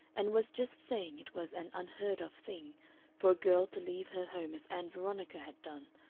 and was just saying it was an unheard-of thing for a girl to leave her home as ann veronica had done,